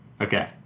Okay